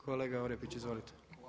Kolega Orepić, izvolite.